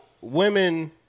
Women